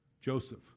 Joseph